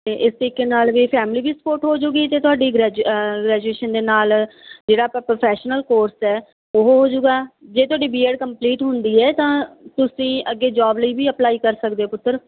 ਅਤੇ ਇਸ ਤਰੀਕੇ ਨਾਲ ਵੀ ਫੈਮਲੀ ਦੀ ਸਪੋਰਟ ਹੋ ਜਾਊਗੀ ਅਤੇ ਤੁਹਾਡੀ ਗ੍ਰੈਜੂ ਗ੍ਰੈਜੂਏਸ਼ਨ ਦੇ ਨਾਲ ਜਿਹੜਾ ਆਪਾਂ ਪ੍ਰੋਫੈਸ਼ਨਲ ਕੋਰਸ ਹੈ ਉਹ ਹੋਜੂਗਾ ਜੇ ਤੁਹਾਡੀ ਬੀਐਡ ਕੰਪਲੀਟ ਹੁੰਦੀ ਹੈ ਤਾਂ ਤੁਸੀਂ ਅੱਗੇ ਜੋਬ ਲਈ ਵੀ ਅਪਲਾਈ ਕਰ ਸਕਦੇ ਹੋ ਪੁੱਤਰ